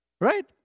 Right